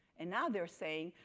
and now they're saying,